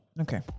Okay